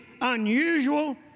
unusual